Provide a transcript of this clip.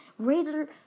Razer